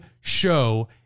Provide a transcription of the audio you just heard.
show